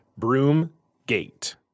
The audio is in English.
Broomgate